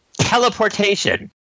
Teleportation